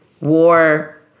war